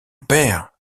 père